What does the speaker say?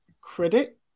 credit